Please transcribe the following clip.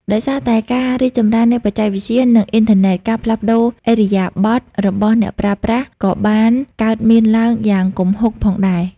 ដោយសារតែការរីកចម្រើននៃបច្ចេកវិទ្យា និងអ៊ីនធឺណិត ការផ្លាស់ប្ដូរឥរិយាបថរបស់អ្នកប្រើប្រាស់ ក៏បានកើតមានឡើងយ៉ាងគំហុកផងដែរ។